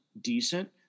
decent